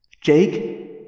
Jake